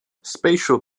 spatial